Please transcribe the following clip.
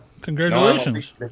Congratulations